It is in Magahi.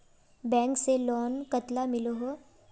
बैंक से लोन कतला मिलोहो?